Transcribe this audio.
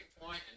point